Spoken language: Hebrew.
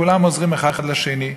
כולם עוזרים אחד לשני.